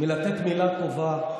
מלתת מילה טובה,